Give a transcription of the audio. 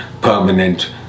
permanent